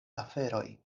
aferoj